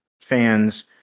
fans